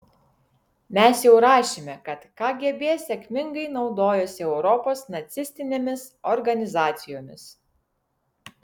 mes jau rašėme kad kgb sėkmingai naudojosi europos nacistinėmis organizacijomis